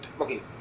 Okay